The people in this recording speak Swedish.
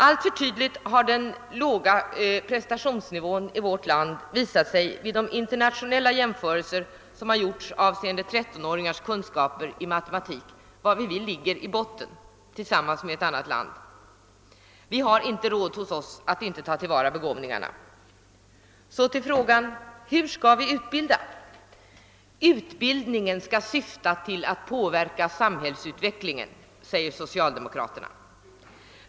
Alltför tydligt har den låga prestationsnivån i vårt land visat sig vid de internationella jämförelser som har gjorts avseende 13-åringars kunskaper i matemalik, där vi ligger i botten tillsammans med ett annat land. Vi har inte råd att inte ta till vara begåvningarna. Så till frågan: Hur skall vi utbilda? Utbildningen skall syfta till att påverka samhällsutvecklingen, förklarar socialdemokraterna.